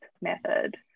method